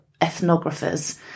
ethnographers